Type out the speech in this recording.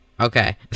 Okay